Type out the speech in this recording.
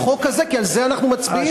החוק הזה, כי על זה אנחנו מצביעים.